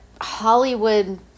hollywood